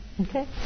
Okay